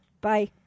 Bye